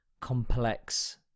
complex